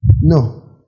no